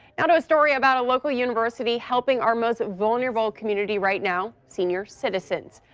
and a story about a local university helping our most vulnerable community right now senior citizens,